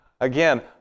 Again